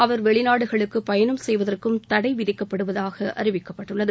அவர் வெளிநாடுகளுக்கு பயணம் செய்வதற்கும் தடை விதிக்கப்படுவதாக அறிவிக்கப்பட்டுள்ளது